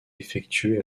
effectuée